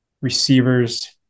Receivers